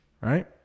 right